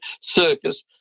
circus